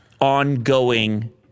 ongoing